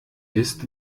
ist